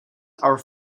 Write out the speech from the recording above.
are